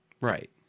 Right